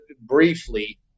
briefly